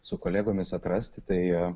su kolegomis atrasti tai